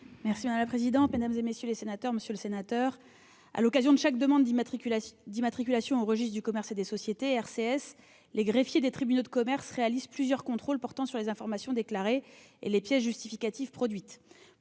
? La parole est à Mme la secrétaire d'État. Monsieur le sénateur, à l'occasion de chaque demande d'immatriculation au registre du commerce et des sociétés (RCS), les greffiers des tribunaux de commerce réalisent plusieurs contrôles portant sur les informations déclarées et les pièces justificatives produites.